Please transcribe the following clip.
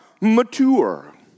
mature